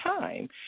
time